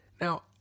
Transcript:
Now